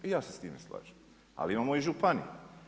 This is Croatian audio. I ja se s time slažem, ali imamo županije.